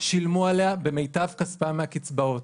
שילמו עליה במיטב כספם מהקצבאות.